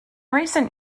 recent